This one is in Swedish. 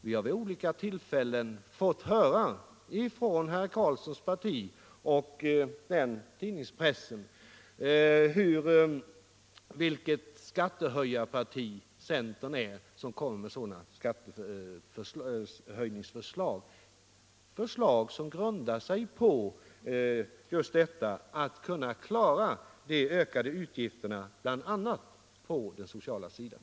Vi har vid olika tillfällen fått höra från herr Karlssons parti och dess tidningspress vilket skattehöjarparti centern är som kommer med sådana skattehöjningsförslag. Det är förslag som syftar till just detta — att man skall kunna klara de ökade utgifterna, bl.a. på den sociala sidan.